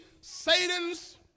Satan's